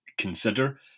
Consider